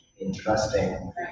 interesting